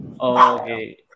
Okay